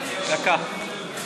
תודה רבה,